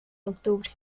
octubre